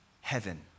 heaven